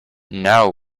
now